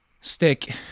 stick